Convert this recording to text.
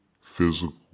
physical